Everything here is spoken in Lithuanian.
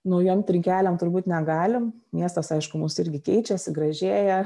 naujom trinkelėm turbūt negalim miestas aišku mūsų irgi keičiasi gražėja